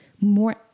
more